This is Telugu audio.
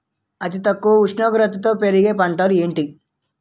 అతి తక్కువ ఉష్ణోగ్రతలో పెరిగే పంటలు ఏంటి?